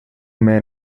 may